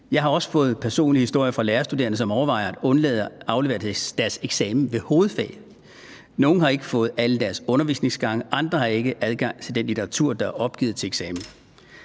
Jeg har også fået personlige historier fra lærerstuderende, som overvejer at undlade at aflevere til eksamen i deres hovedfag; nogle har ikke fået alle deres undervisningsgange, andre har ikke adgang til den litteratur, der er opgivet til eksamen.